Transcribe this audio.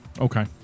Okay